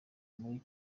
muri